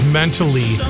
mentally